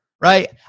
right